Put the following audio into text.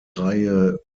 reihe